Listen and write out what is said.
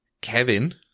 Kevin